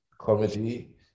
comedy